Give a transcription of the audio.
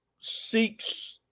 Seeks